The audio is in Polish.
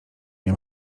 nie